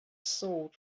sword